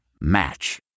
Match